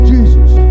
Jesus